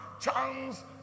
chance